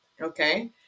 okay